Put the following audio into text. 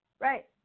Right